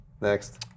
Next